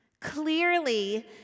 Clearly